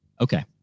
Okay